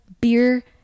beer